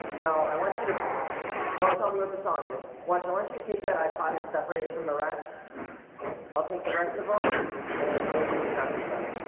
no, i want you to don't tell me what the song is watching. i want you take that ipod and separate it from the rest i'll take the rest of them and boom we do not need them